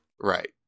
Right